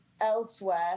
elsewhere